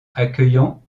accueillant